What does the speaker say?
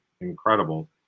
incredible